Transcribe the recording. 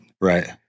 Right